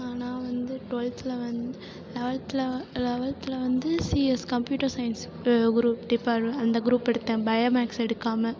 ஆனால் வந்து டுவெல்த்தில் வந் லெவல்த்தில் லெவல்த்தில் வந்து CS computer science group department அந்த க்ரூப் எடுத்தேன் பயோ மேக்ஸ் எடுக்காமல்